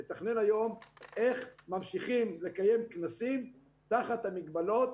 איך ממשיכים לקיים כנסים תחת המגבלות,